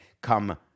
come